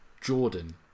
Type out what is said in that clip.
Jordan